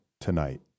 tonight